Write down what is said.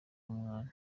umwana